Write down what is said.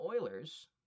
Oilers